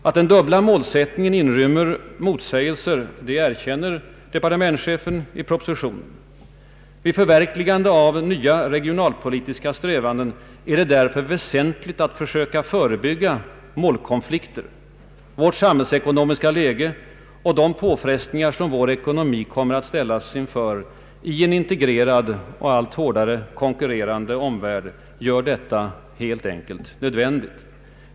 Att den dubbla målsättningen inrymmer motsägelser erkänner departementschefen i propositionen. Vid förverkligandet av nya regionalpolitiska strävanden är det därför väsentligt att söka förebygga målkonflikter. Vårt samhällsekonomiska läge och de påfrestningar som vår ekonomi kommer att ställas inför i en integrerad och allt hårdare omvärld gör detta helt enkelt nödvändigt.